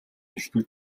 элбэг